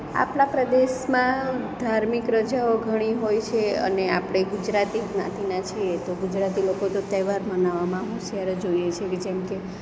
આપણા પ્રદેશમાં ધાર્મિક રજાઓ ઘણી હોય છે અને આપણે ગુજરાતી જ્ઞાતિનાં છીએ તો ગુજરાતી લોકો તો તહેવાર મનાવવામાં હોંશિયાર જ હોઈએ છીએ કે જેમકે